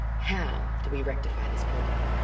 how do we rectify this problem?